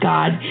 God